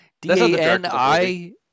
D-A-N-I